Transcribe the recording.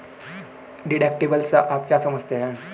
Deductible से आप क्या समझते हैं?